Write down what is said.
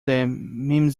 then